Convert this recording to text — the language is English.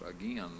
again